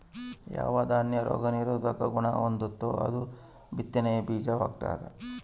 ಯಾವ ದಾನ್ಯ ರೋಗ ನಿರೋಧಕ ಗುಣಹೊಂದೆತೋ ಅದು ಬಿತ್ತನೆ ಬೀಜ ವಾಗ್ತದ